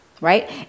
right